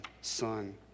Son